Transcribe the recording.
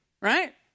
right